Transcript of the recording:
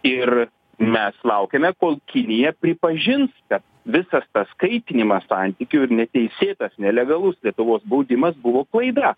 ir mes laukiame kol kinija pripažins kad visas tas kaitinimas santykių ir neteisėtas nelegalus lietuvos baudimas buvo klaida